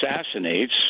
assassinates